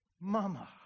mama